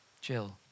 Jill